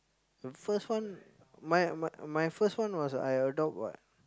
first one my my my first one was I adopt what